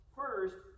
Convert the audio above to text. first